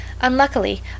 unluckily